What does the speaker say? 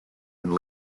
and